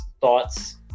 thoughts